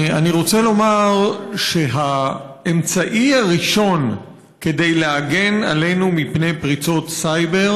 אני רוצה לומר שהאמצעי הראשון להגן עלינו מפני פריצות סייבר